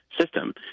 system—